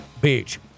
Beach